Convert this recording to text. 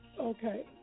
Okay